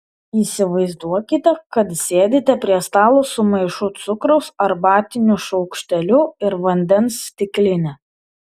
įsivaizduokite kad sėdite prie stalo su maišu cukraus arbatiniu šaukšteliu ir vandens stikline